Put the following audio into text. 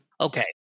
Okay